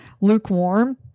lukewarm